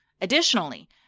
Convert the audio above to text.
Additionally